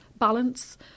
balance